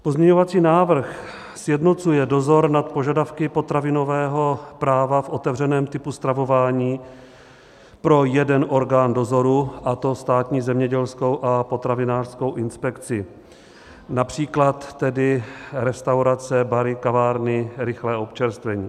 Pozměňovací návrh sjednocuje dozor nad požadavky potravinového práva v otevřeném typu stravování pro jeden orgán dozoru, a to Státní zemědělskou a potravinářskou inspekci například tedy restaurace, bary, kavárny, rychlé občerstvení.